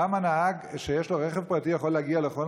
למה נהג שיש לו רכב פרטי יכול להגיע לכל